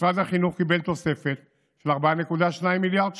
משרד החינוך קיבל תוספת של 4.2 מיליארד שקלים,